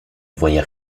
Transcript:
voyait